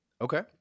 Okay